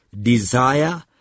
desire